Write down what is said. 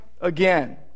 again